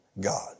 God